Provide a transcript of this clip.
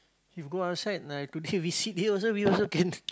if you go outside uh today we sit here also we also can